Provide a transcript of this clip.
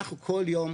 אנחנו כל יום,